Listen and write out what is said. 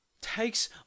takes